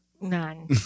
None